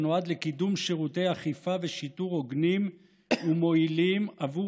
והוא נועד לקידום שירותי אכיפה ושיטור הוגנים ומועילים עבור